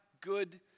good